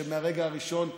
שמהרגע הראשון עזרו,